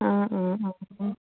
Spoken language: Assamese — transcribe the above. অঁ অঁ অঁ